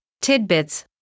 tidbits